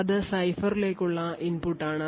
അത് സൈഫറിലേക്കുള്ള ഇൻപുട്ടാണ്